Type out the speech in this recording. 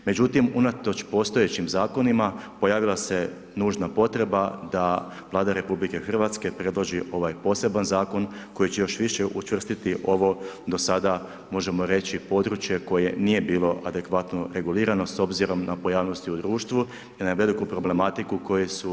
Međutim, unatoč postojećim zakonima pojavila se nužna potreba da Vlada RH predloži ovaj poseban zakon koji će još više učvrstiti ovo do sada možemo reći područje koje nije bilo adekvatno regulirano s obzirom na pojavnosti u društvu i na veliku problematiku koju su